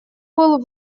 был